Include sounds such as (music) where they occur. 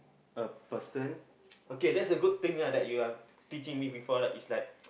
a person (breath) okay that's a good thing ah that you are teaching me before like is like